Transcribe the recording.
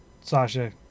Sasha